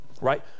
Right